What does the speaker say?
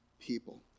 people